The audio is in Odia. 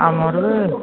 ଆମର ଏ